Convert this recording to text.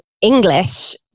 English